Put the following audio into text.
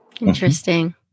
interesting